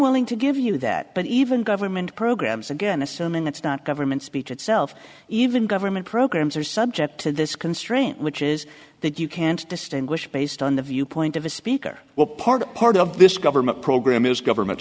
willing to give you that but even government programs again assuming it's not government speech itself even government programs are subject to this constraint which is that you can't distinguish based on the viewpoint of a speaker well part part of this government program is government